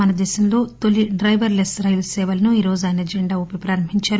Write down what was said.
మన దేశంలో తొలి డ్రైవర్లెస్ రైలు సేవలను ఈరోజు ఆయన జెండా ఉపి ప్రారంభించారు